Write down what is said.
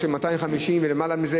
או של 250 ולמעלה מזה,